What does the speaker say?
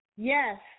Yes